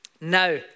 Now